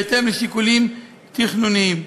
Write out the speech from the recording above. בהתאם לשיקולים תכנוניים.